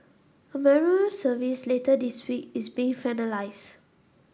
a memorial service later this week is being finalised